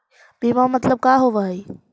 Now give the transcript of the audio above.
बीमा मतलब का होव हइ?